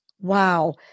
Wow